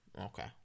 Okay